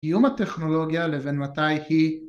‫היום הטכנולוגיה לבין מתי היא.